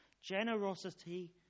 generosity